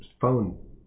phone